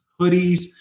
hoodies